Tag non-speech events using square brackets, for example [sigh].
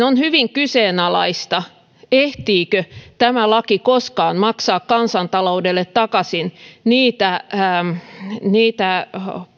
[unintelligible] on hyvin kyseenalaista ehtiikö tämä laki koskaan maksaa kansantaloudelle takaisin niitä niitä